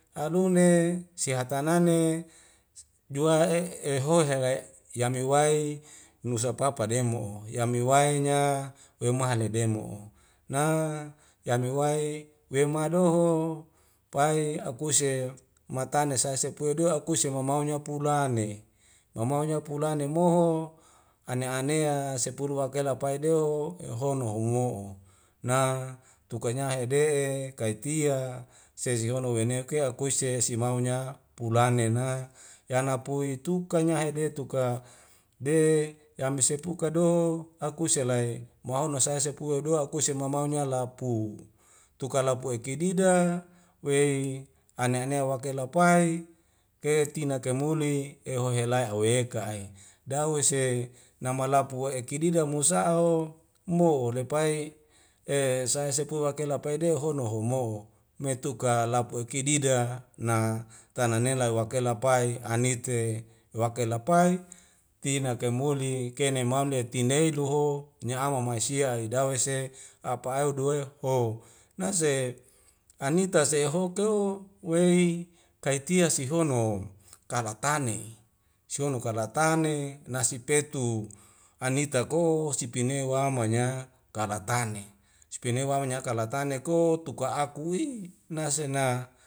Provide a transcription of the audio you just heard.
Anune sihatanane jua'e ehoi ha'e yami wae nusa papa demo'o yami wainya weimaha leodemo na yami wae wema doho pae akuse matane sae sepue duwe akue semau maunya pulane mau mau nya pulane moho ane anea sepulu wakela pae deo ehehono humo'o na tukanya hede'e kaitia sei sihono weneuke akuise simaunya pulanena yanapui tuka nyahede tuka de yami sepuka doho akuselai mauhono sai sepue doa akuse mamaunya lapu tukalapu aikedida wei ane anea wakela pai ketina kaimuli eho helai aweka'e dawese namalapue ekidida musa'a o mo lepai e sai sepua wakela paideu hono homo'o metuka lapu ekedida na tana nela wakela pai anite wakela pai tina kaimuli kene mau ne tineu lu ho nye awa maisia aidawese apa ae wuduwoe ho nase anita se ho ko wei kaitia sihono ho kalatane sihono kalatane nasi petu anita ko sipine wa'amanya kalatanye sipne wa'amanya kalatane ko tuka aku'i nasena